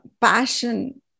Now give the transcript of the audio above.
passion